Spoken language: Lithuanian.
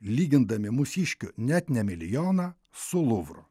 lygindami mūsiškių net ne milijoną su luvru